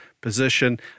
position